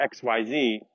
XYZ